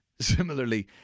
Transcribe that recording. similarly